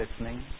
listening